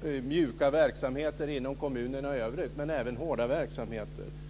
och mjuka verksamheter inom kommunerna i övrigt, men även hårda verksamheter.